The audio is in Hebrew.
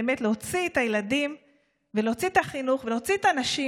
באמת להוציא את הילדים ולהוציא את החינוך ולהוציא את הנשים